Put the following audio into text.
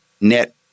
net